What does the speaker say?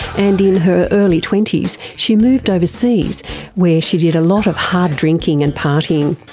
and in her early twenties she moved overseas where she did a lot of hard drinking and partying.